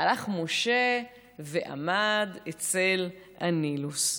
הלך משה ועמד אצל הנילוס.